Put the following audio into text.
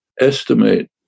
estimate